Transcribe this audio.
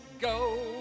go